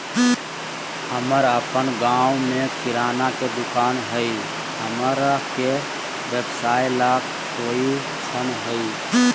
हमर अपन गांव में किराना के दुकान हई, हमरा के व्यवसाय ला कोई ऋण हई?